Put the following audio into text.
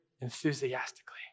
enthusiastically